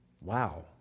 Wow